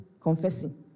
confessing